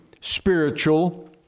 spiritual